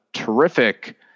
Terrific